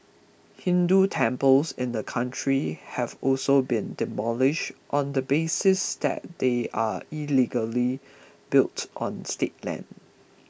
hindu temples in the country have also been demolished on the basis that they are illegally built on state land